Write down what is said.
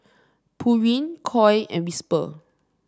Pureen Koi and Whisper